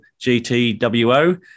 GTWO